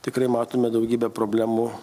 tikrai matome daugybę problemų